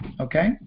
Okay